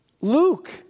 Luke